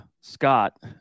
Scott